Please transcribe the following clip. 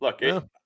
Look